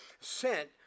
sent